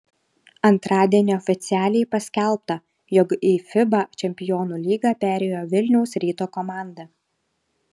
antradienį oficialiai paskelbta jog į fiba čempionų lygą perėjo vilniaus ryto komanda